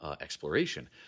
exploration